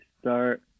start